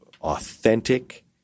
authentic